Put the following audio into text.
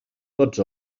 tots